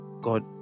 God